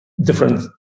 different